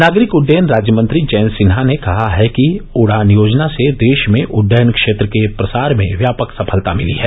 नागरिक उड्डयन राज्य मंत्री जयंत सिन्हा ने कहा है कि उड़ान योजना से देश में उडड्यन क्षेत्र के प्रसार में व्यापक सफलता मिली है